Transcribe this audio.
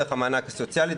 דרך המענק הסוציאלי.